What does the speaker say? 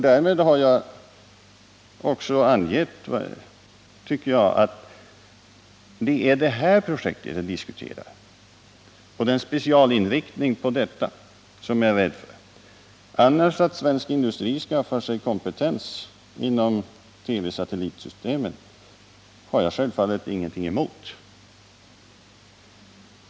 Därmed har jag, tycker jag, också angett att det är detta projekt vi diskuterar och att det är en specialinriktning på detta som jag är rädd för. Att svensk industri skaffar sig kompetens inom TV-satellitsystemet har jag annars självfallet ingenting emot.